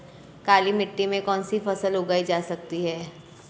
काली मिट्टी में कौनसी फसल उगाई जा सकती है?